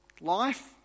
Life